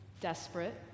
desperate